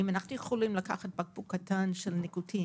אם אנחנו יכולים לקחת בקבוק קטן של ניקוטין